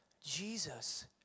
Jesus